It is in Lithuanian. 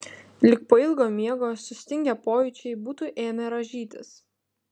lyg po ilgo miego sustingę pojūčiai būtų ėmę rąžytis